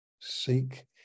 Seek